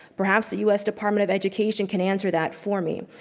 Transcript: perhaps the us department of education can answer that for me.